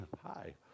hi